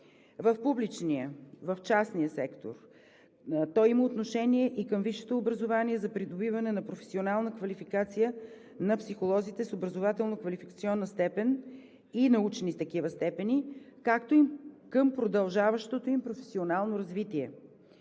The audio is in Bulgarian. в публичния, в частния сектор. Той има отношение и към висшето образование за придобиване на професионална квалификация на психолозите с образователно-квалификационна степен и научни такива степени, както и към продължаващото им професионално развитие.